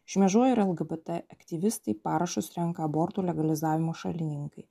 šmėžuoja ir lgbt aktyvistai parašus renka abortų legalizavimo šalininkai